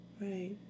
right